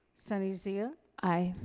sunny zia? aye.